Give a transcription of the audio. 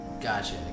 Gotcha